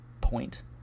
point